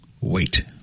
Wait